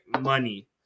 money